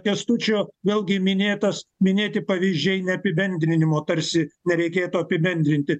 kęstučio vėlgi minėtas minėti pavyzdžiai neapibendrinimo tarsi nereikėtų apibendrinti